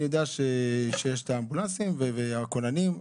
אני יודע שיש את האמבולנסים והכוננים.